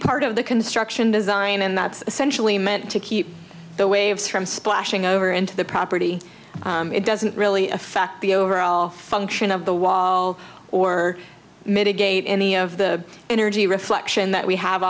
part of the construction design and that's essentially meant to keep the waves from splashing over into the property it doesn't really affect the overall function of the wall or mitigate any of the energy reflection that we have